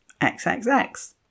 XXX